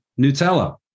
Nutella